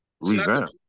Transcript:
revamp